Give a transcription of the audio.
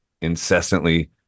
incessantly